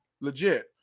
legit